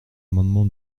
amendement